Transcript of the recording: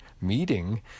meeting